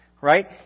right